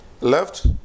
left